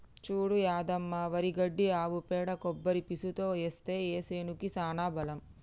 చూడు యాదమ్మ వరి గడ్డి ఆవు పేడ కొబ్బరి పీసుతో ఏస్తే ఆ సేనుకి సానా బలం